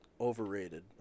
overrated